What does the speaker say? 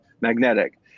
magnetic